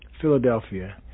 Philadelphia